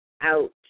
out